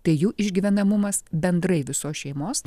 tai jų išgyvenamumas bendrai visos šeimos